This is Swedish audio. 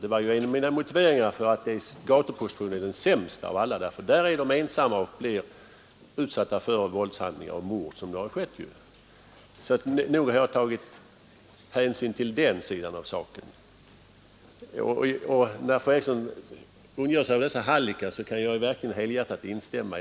Detta var ju en av mina motiveringar för uppfattningen att gatuprostitutionen är den sämsta där är flickorna ensamma och blir utsatta för våldshandlingar och mord, som ju har skett. Så nog har jag tagit hänsyn till den sidan av saken. När fru Eriksson ondgör sig över hallickarna, kan jag verkligen helhjärtat instämma.